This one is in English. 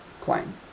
claim